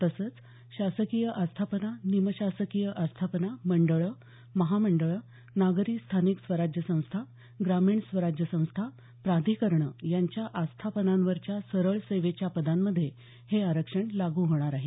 तसंच शासकीय आस्थापना निमशासकीय आस्थापना मंडळं महामंडळं नागरी स्थानिक स्वराज्य संस्था ग्रामीण स्वराज्य संस्था प्राधिकरणं यांच्या आस्थापनांवरच्या सरळसेवेच्या पदांमध्ये हे आरक्षण लागू होणार आहे